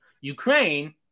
ukraine